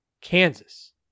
kansas